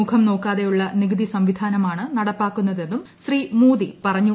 മുഖം നോക്കാതെയുള്ള നികുതിസംവിധാനമാണ് നടപ്പാക്കുന്നതെന്നും ശ്രീ മോദി പറഞ്ഞു